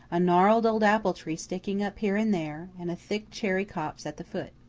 a gnarled old apple tree sticking up here and there, and a thick cherry copse at the foot.